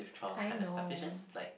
I know